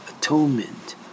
Atonement